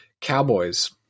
Cowboys